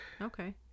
Okay